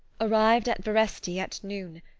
arrived at veresti at noon.